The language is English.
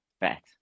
bet